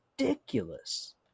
ridiculous